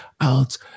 out